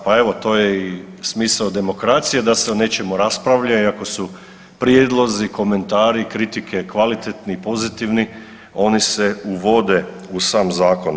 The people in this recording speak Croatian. Pa evo to je i smisao demokracije da se o nečemu raspravlja iako su prijedlozi, komentari, kritike kvalitetni i pozitivni oni se uvode u sam zakon.